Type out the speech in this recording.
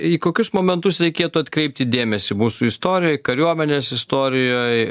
į kokius momentus reikėtų atkreipti dėmesį mūsų istorijoj kariuomenės istorijoj